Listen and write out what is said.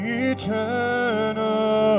eternal